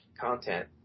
content